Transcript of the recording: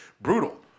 brutal